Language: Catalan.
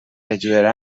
ajudarà